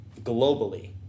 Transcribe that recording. globally